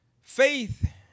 Faith